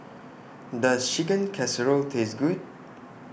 Does Chicken Casserole Taste Good